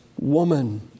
woman